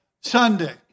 Sunday